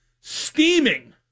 steaming